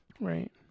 Right